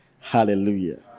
Hallelujah